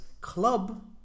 club